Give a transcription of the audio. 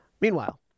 Meanwhile